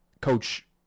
coach